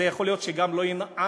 יכול להיות שזה לא ינעם,